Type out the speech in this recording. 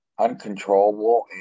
uncontrollable